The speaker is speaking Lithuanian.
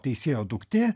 teisėjo duktė